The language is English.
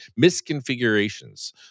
misconfigurations